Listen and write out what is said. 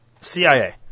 CIA